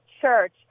church